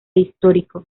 histórico